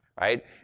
Right